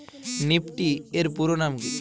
Nifty এর পুরোনাম কী?